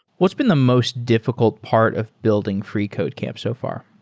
what's been the most difficult part of building freecodecamp so far?